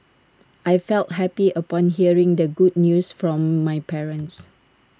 I felt happy upon hearing the good news from my parents